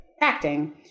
acting